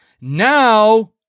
Now